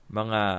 mga